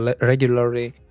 regularly